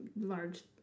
large